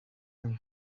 umwe